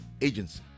Agency